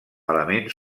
elements